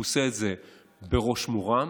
והוא עושה את זה בראש מורם,